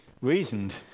reasoned